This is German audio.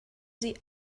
sie